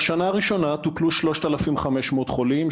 בשנה הראשונה טופלו 3,500 חולים,